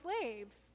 slaves